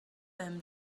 them